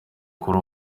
kuri